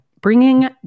bringing